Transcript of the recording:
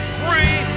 free